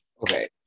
okay